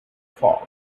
fog